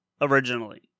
originally